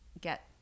get